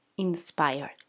Inspired